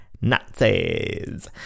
Nazis